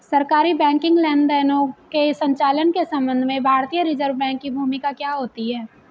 सरकारी बैंकिंग लेनदेनों के संचालन के संबंध में भारतीय रिज़र्व बैंक की भूमिका क्या होती है?